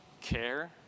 care